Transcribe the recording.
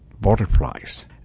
butterflies